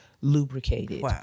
lubricated